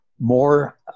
more